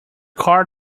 car